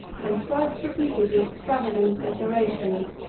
and thrice repeated the extravagant declaration,